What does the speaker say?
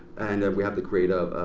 and we have the creator,